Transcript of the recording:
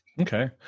Okay